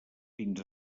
fins